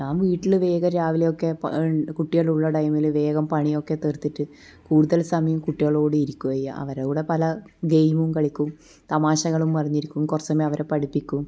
ഞാൻ വീട്ടിൽ വേഗം രാവിലെയൊക്കെ കുട്ടികളുടെ കൂടെ ടൈമില് വേഗം പണിയൊക്കെ തീർത്തിട്ട് കൂടുതൽ സമയം കുട്ടികളുടെ കൂടെ ഇരിക്കുകയും അവരൂട പല ഗെയ്മും കളിക്കും തമാശകളും പറഞ്ഞിരിക്കും കുറച്ച് സമയം അവരെ പഠിപ്പിക്കും